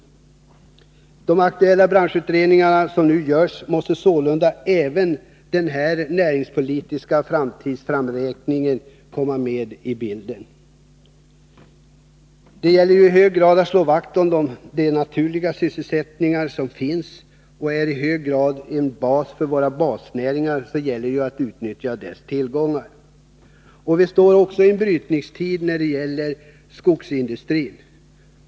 att rädda sysselsättningen i Skinnskatteberg De aktuella branschutredningar som nu görs måste sålunda även ha den näringspolitiska framtidsstrukturen med i bilden. Det gäller i hög grad att slå vakt om den naturliga sysselsättning som finns och som i hög grad är en bas för att vi skall kunna utnyttja våra naturtillgångar. Vi befinner oss också i en brytningstid när det gäller skogsindustrin.